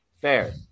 Fair